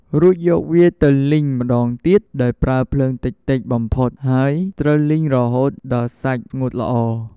រួចយកវាទៅលីងម្ដងទៀតដោយប្រើភ្លើងតិចៗបំផុតហើយត្រូវលីងរហូតដល់សាច់ស្ងួតល្អ។